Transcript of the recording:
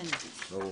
בסדר.